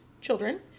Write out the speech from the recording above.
children